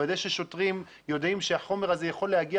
לוודא ששוטרים יודעים שהחומר הזה יכול להגיע